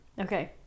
Okay